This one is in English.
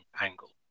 angle